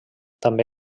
també